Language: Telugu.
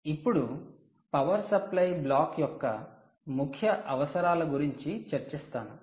ఇప్పుడు పవర్ సప్లై బ్లాక్ యొక్క ముఖ్య అవసరాలు గురించి చర్చిస్తాను